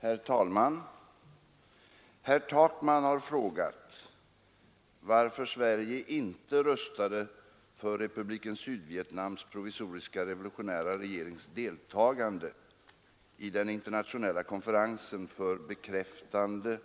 Herr talman! Herr Takman har frågat varför Sverige inte röstade för Republiken Sydvietnams provisoriska revolutionära regerings deltagande i den internationella konferensen för bekräftande